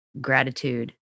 gratitude